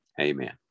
amen